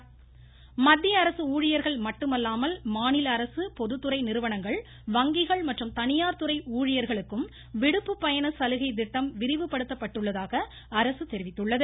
விடுப்பு பயண சலுகை மத்திய அரசு ஊழியர்கள் மட்டுமல்லாமல் மாநில அரசு பொதுத்துறை நிறுவனங்கள் வங்கிகள் மற்றும் தனியார்துறை ஊழியர்களுக்கும் விடுப்பு பயண சலுகை திட்டம் விரிவுபடுத்தப்பட்டுள்ளதாக அரசு தெரிவித்துள்ளது